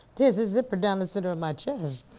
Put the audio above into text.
there's a zipper down the center of my chest.